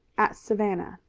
at savannah,